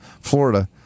Florida